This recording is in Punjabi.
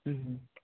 ਹੂੰ